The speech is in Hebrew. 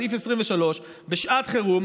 סעיף 23: בשעת חירום,